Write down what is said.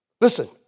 Listen